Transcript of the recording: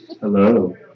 Hello